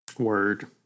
word